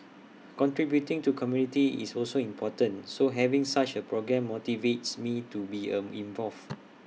contributing to community is also important so having such A programme motivates me to be an involved